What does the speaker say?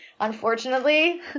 Unfortunately